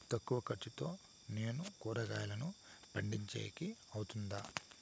తక్కువ ఖర్చుతో నేను కూరగాయలను పండించేకి అవుతుందా?